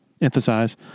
emphasize